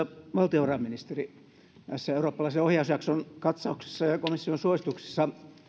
valtiovarainministeri eurooppalaisen ohjausjakson katsauksessa ja komission suosituksissa